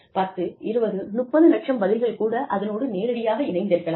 10 20 30 லட்சம் பதில்கள் கூட அதனோடு நேரடியாக இணைந்திருக்கலாம்